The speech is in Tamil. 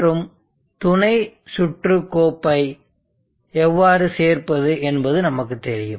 மற்றும் துணை சுற்று கோப்பை எவ்வாறு சேர்ப்பது என்பது நமக்கு தெரியும்